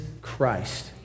Christ